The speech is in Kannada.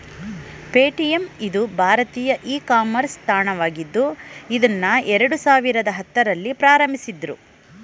ಪೇಟಿಎಂ ಇದು ಭಾರತೀಯ ಇ ಕಾಮರ್ಸ್ ತಾಣವಾಗಿದ್ದು ಇದ್ನಾ ಎರಡು ಸಾವಿರದ ಹತ್ತುರಲ್ಲಿ ಪ್ರಾರಂಭಿಸಿದ್ದ್ರು